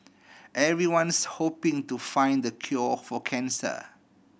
everyone's hoping to find the cure for cancer